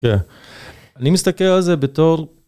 אני מסתכל על זה בתור.